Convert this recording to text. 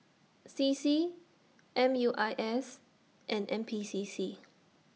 C C M U I S and N P C C